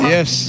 Yes